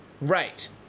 Right